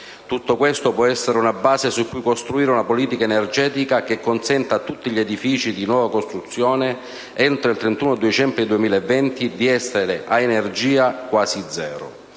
Tutto questo può essere una base su cui costruire una politica energetica che consenta a tutti gli edifici di nuova costruzione, entro il 31 dicembre 2020, di essere a energia quasi zero.